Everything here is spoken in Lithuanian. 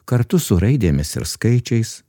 kartu su raidėmis ir skaičiais